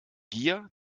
gier